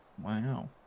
Wow